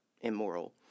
immoral